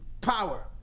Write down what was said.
Power